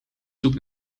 zoekt